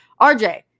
RJ